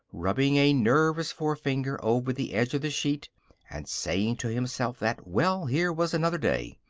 rubbing a nervous forefinger over the edge of the sheet and saying to himself that, well, here was another day.